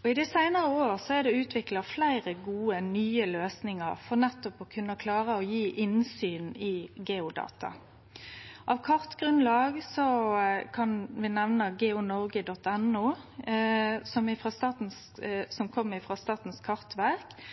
I dei seinare åra er det òg utvikla fleire gode nye løysingar for nettopp å kunne klare å gje innsyn i geodata. Av kartgrunnlag kan eg nemne geonorge.no, som kom frå Statens kartverk, som eitt eksempel på ei løysing som